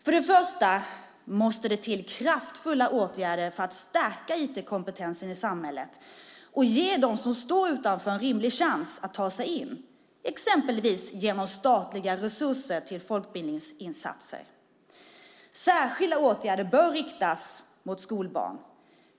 För det första måste det till kraftfulla åtgärder för att stärka IT-kompetensen i samhället och ge dem som står utanför en rimlig chans att ta sig in, exempelvis genom statliga resurser till folkbildningsinsatser. Särskilda åtgärder bör riktas mot skolbarn.